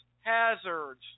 hazards